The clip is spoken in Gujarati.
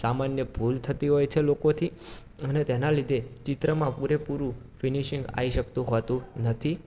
સામાન્ય ભૂલ થતી હોય છે લોકોથી અને તેના લીધે ચિત્રમાં પૂરે પૂરું ફિનિશિંગ આવી શકતું હોતું નથી